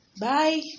Bye